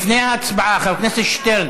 לפני ההצבעה, חבר הכנסת שטרן,